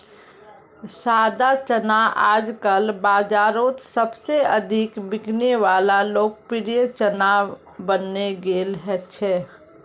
सादा चना आजकल बाजारोत सबसे अधिक बिकने वला लोकप्रिय चना बनने गेल छे